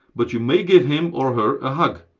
but you may give him or her a hug.